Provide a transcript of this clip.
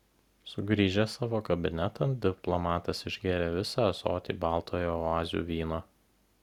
sugrįžęs savo kabinetan diplomatas išgėrė visą ąsotį baltojo oazių vyno